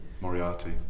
Moriarty